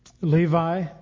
Levi